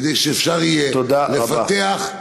כדי שיהיה אפשר לפתח,